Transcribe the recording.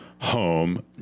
home